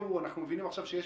אנחנו מבינים עכשיו שיש